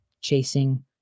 chasing